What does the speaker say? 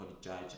judge